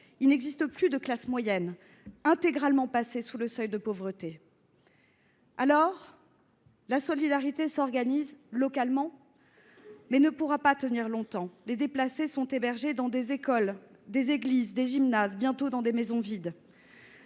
Il n’existe plus de classe moyenne, intégralement passée sous le seuil de pauvreté. Alors, la solidarité s’organise localement, mais elle ne pourra pas tenir longtemps. Les déplacés sont hébergés dans des écoles, des églises, des gymnases, bientôt dans des maisons vides.